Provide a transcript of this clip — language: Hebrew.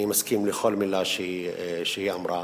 אני מסכים לכל מלה שהיא אמרה.